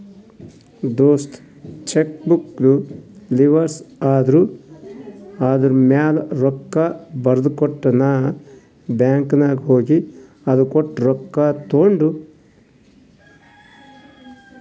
ದೋಸ್ತ ಚೆಕ್ಬುಕ್ದು ಲಿವಸ್ ಹರ್ದು ಅದೂರ್ಮ್ಯಾಲ ರೊಕ್ಕಾ ಬರ್ದಕೊಟ್ಟ ನಾ ಬ್ಯಾಂಕ್ ನಾಗ್ ಹೋಗಿ ಅದು ಕೊಟ್ಟು ರೊಕ್ಕಾ ತೊಂಡು